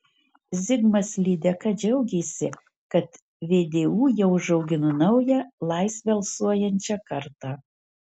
zigmas lydeka džiaugėsi kad vdu jau užaugino naują laisve alsuojančią kartą